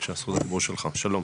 בבקשה, זכות הדיבור שלך, שלום.